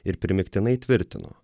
ir primygtinai tvirtino